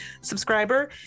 subscriber